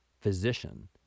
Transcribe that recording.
physician